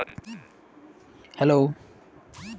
रोहिणी अपनार पूरा पिन बदले यू.पी.आई सेवार प्रयोग करोह